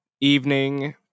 evening